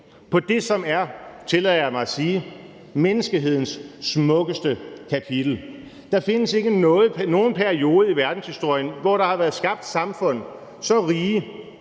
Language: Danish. på det, som er, tillader jeg mig at sige, menneskehedens smukkeste kapitel. Der findes ikke nogen periode i verdenshistorien, hvor der har været skabt samfund så rige,